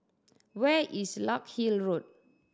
where is Larkhill Road